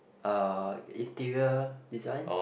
uh interior design